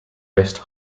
rest